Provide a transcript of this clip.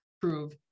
prove